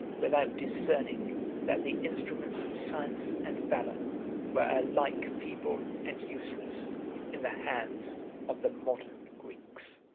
without discerning that the instruments of science and valor were alike feeble and useless in the hands of the modern greeks.